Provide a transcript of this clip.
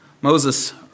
Moses